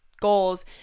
goals